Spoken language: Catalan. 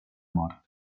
mort